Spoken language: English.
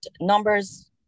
numbers